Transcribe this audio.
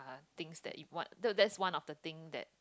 are things that you want that's one of the thing that